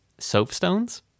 soapstones